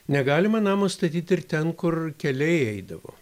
negalima namo statyt ir ten kur keliai eidavo